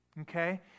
Okay